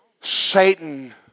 Satan